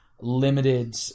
limited